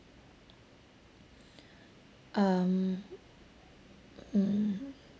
um mm